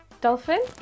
Dolphin